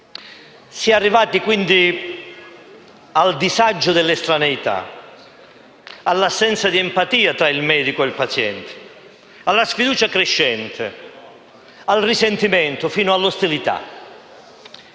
Si è arrivati quindi al disagio dell'estraneità, all'assenza di empatia tra il medico e il paziente, alla sfiducia crescente, al risentimento fino all'ostilità.